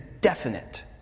definite